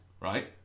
Right